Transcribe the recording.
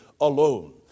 alone